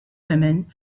women